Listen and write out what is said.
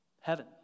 heaven